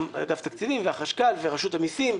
גם אגף התקציבים, החשכ"ל ורשות המיסים.